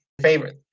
favorite